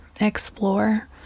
explore